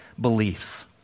beliefs